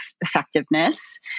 effectiveness